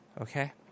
okay